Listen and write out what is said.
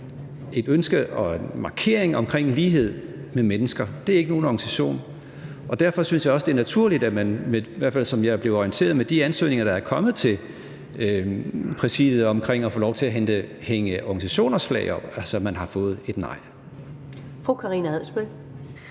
et ønske om og en markering af lighed mellem mennesker. Det er ikke nogen organisation, og derfor synes jeg også, det er naturligt, at man – i hvert fald som jeg er blevet orienteret i forhold til de ansøgninger, der er kommet til Præsidiet omkring at få lov til at hænge organisationers flag op – har fået et nej.